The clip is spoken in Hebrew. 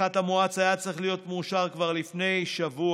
הפחת המואץ היה צריך להיות מאושר כבר לפני שבוע,